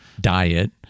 diet